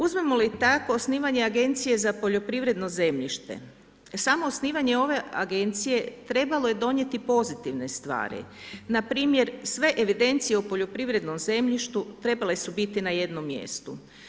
Uzmemo li tako osnivanje Agencije za poljoprivredno zemljište, samo osnivanje ove agencije trebalo je donijeti pozitivne stvari npr. sve evidencije o poljoprivrednom zemljištu trebale su biti na jednom mjestu.